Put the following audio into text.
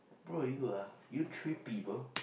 bro you are you trippy bro